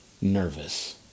nervous